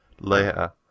later